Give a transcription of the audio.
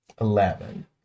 Eleven